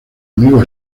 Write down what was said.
amigo